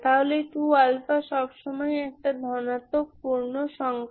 তাহলে 2 সব সময়ই একটি ধনাত্মক পূর্ণ সংখ্যা